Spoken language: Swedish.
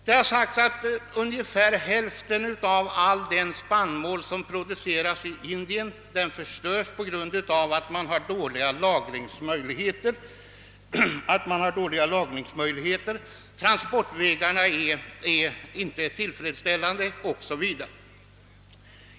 Det har sagts att ungefär hälften av all spannmål som produceras i Indien förstörs på grund av dåliga lagringsmöjligheter, att transportvägarna inte är tillfredsställande o.s. v.